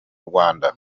rwanda